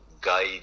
guide